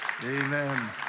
Amen